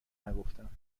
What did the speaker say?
نگفتم